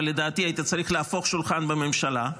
אבל לדעתי היית צריך להפוך שולחן בממשלה,